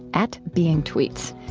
at beingtweets.